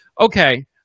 okay